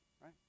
right